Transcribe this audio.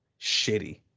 shitty